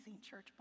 church